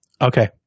Okay